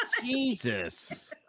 Jesus